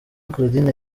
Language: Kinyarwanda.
claudine